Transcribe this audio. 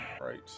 right